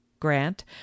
grant